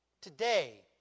Today